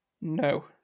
No